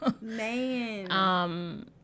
Man